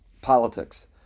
politics